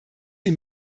die